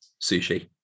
Sushi